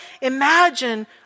imagine